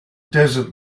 desert